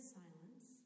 silence